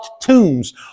tombs